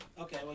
okay